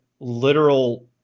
literal